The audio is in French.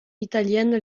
italienne